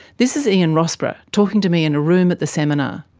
this is ian rossborough talking to me in a room at the seminar.